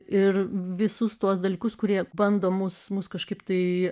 ir visus tuos dalykus kurie bando mus mus kažkaip tai